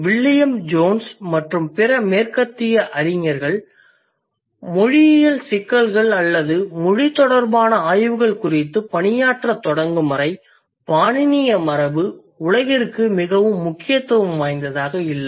William Jones மற்றும் பிற மேற்கத்திய அறிஞர்கள் மொழியியல் சிக்கல்கள் அல்லது மொழி தொடர்பான ஆய்வுகள் குறித்து பணியாற்றத் தொடங்கும் வரை பாணினிய மரபு உலகிற்கு மிகவும் முக்கியத்துவம் வாய்ந்ததாக இல்லை